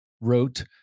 wrote